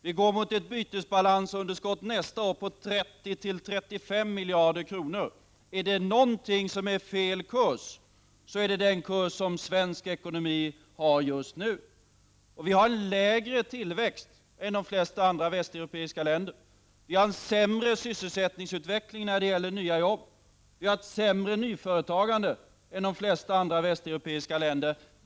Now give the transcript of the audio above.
Vi går mot ett bytesbalansunderskott för nästa år på 30—35 miljarder kronor. Är det någon kurs som är fel, så är det den som svensk ekonomi har just nu! Vi har lägre tillväxt än de flesta andra västeuropeiska länder. Vi har en sämre sysselsättningsutveckling när det gäller nya jobb. Vi har en lägre grad av nyföretagande än de flesta andra västeuropeiska länder.